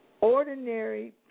Ordinary